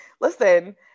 listen